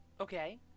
Okay